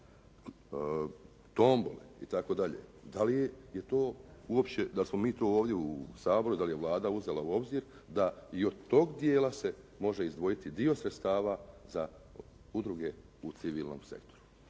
tombole i tako dalje. Da li je to uopće da smo mi to ovdje u Saboru, da li je Vlada uzela u obzir da i od tog dijela se može izdvojiti dio sredstava za udruge u civilnom sektoru.